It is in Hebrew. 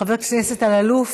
חבר הכנסת אלאלוף,